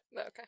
Okay